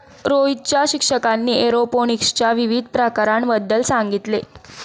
रोहितच्या शिक्षकाने एरोपोनिक्सच्या विविध प्रकारांबद्दल सांगितले